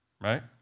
Right